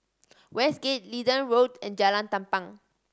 Westgate Leedon Road and Jalan Tampang